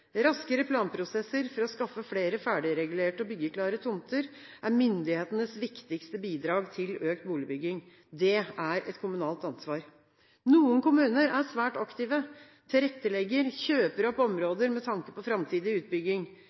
Raskere planprosesser for å skaffe flere ferdigregulerte og byggeklare tomter er myndighetenes viktigste bidrag til økt boligbygging. Det er et kommunalt ansvar. Noen kommuner er svært aktive og tilrettelegger og kjøper opp områder med tanke på framtidig utbygging.